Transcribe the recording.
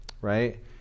right